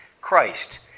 Christ